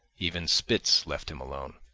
even spitz left him alone.